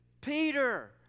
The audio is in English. Peter